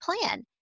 plan